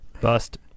Bust